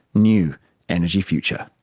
new energy future.